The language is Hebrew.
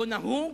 לא נהוג,